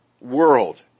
world